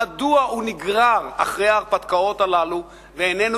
מדוע הוא נגרר אחרי ההרפתקאות הללו ואיננו